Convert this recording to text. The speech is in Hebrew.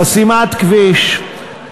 חסימת כביש,